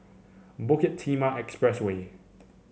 Bukit Timah Expressway